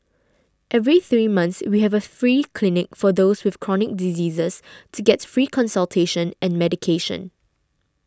every three months we have a free clinic for those with chronic diseases to get free consultation and medication